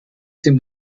dem